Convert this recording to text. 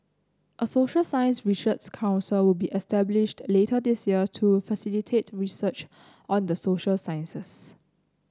a social science research council will be established later this year to facilitate research on the social sciences